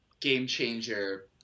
game-changer